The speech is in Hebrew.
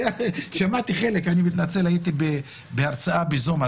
שמעתי חלק אני מתנצל הייתי בהרצאה בזום.